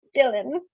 villain